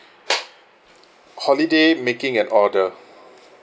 holiday making an order